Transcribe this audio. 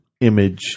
image